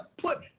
put